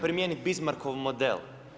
primijeniti Bizmarkov model.